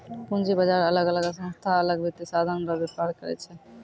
पूंजी बाजार अलग अलग संस्था अलग वित्तीय साधन रो व्यापार करै छै